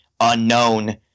unknown